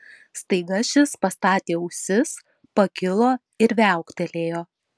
staiga šis pastatė ausis pakilo ir viauktelėjo